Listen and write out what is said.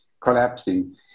collapsing